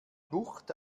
bucht